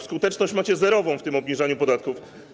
Skuteczność macie zerową w obniżaniu podatków.